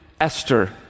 Esther